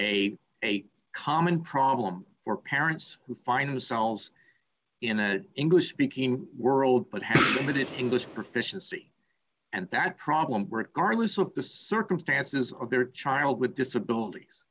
believe a common problem for parents who find themselves in an english speaking world but how is it english proficiency and that problem regardless of the circumstances of their child with disabilities